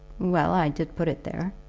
well, i did put it there.